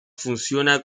funciona